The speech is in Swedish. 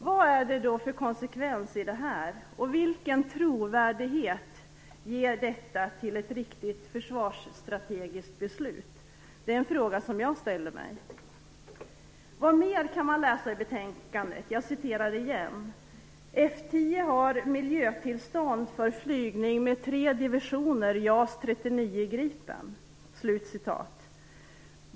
Vad är det då för konsekvens i detta, och vilken trovärdighet ger detta till ett riktigt försvarsstrategiskt beslut? Den frågan ställer jag mig. Vad mer kan man läsa i betänkandet? Det står vidare att F 10 har miljötillstånd för flygning med tre divisioner JAS 39 Gripen.